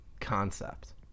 concept